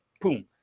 Boom